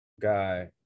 guy